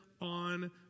on